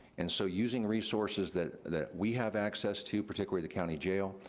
and so, using resources that that we have access to, particularly the county jail,